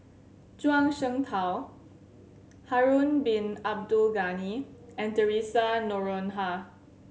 Zhuang Shengtao Harun Bin Abdul Ghani and Theresa Noronha